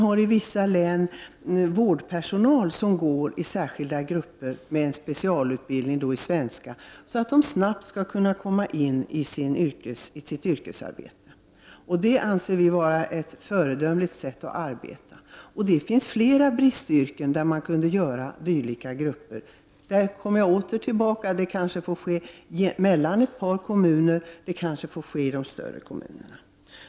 Det finns i vissa län vårdpersonal som går i särskilda grupper och får specialutbildning i svenska så att de snabbt skall kunna komma in i sitt yrkesarbete. Det anser vi vara ett föredömligt sätt att arbeta på. Det finns flera bristyrken där man skulle kunna bilda dylika grupper. Jag återkommer då till att detta kanske måste ske i samarbete mellan olika kommuner eller i de större kommunerna.